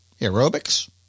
Aerobics